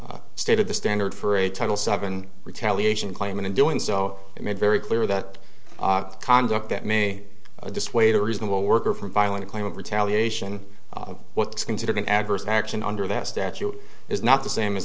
case stated the standard for a title seven retaliation claim and in doing so it made very clear that conduct that may dissuade a reasonable worker from violent a claim of retaliation of what's considered an adverse action under that statute is not the same as